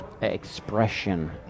expression